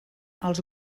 als